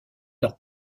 leur